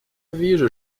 вижу